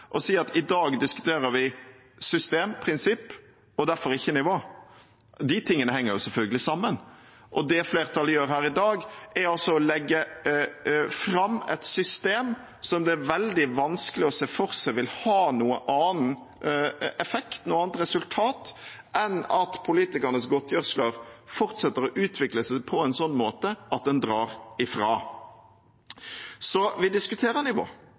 å si at i dag diskuterer vi system, prinsipp, og derfor ikke nivå. De tingene henger jo selvfølgelig sammen, og det flertallet gjør her i dag, er å legge fram et system som det er veldig vanskelig å se for seg vil ha noen annen effekt, noe annet resultat, enn at politikernes godtgjørelser fortsetter å utvikle seg på en slik måte at en drar ifra. Så vi diskuterer nivå,